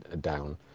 down